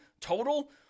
total